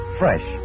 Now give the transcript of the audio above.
fresh